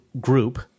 group